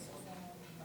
שם.